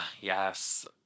Yes